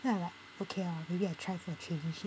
so I'm like okay ah maybe I try for a change